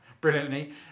brilliantly